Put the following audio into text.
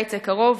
בקיץ הקרוב,